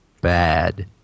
bad